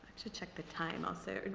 should check the time also.